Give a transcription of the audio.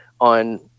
on